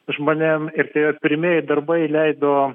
žmonėm ir tie jo pirmieji darbai leido